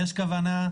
יש כוונה.